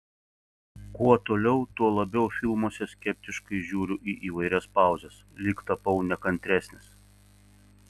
kuo toliau tuo labiau filmuose skeptiškai žiūriu į įvairias pauzes lyg tapau nekantresnis